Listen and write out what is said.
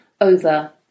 over